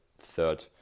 third